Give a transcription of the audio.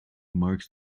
marks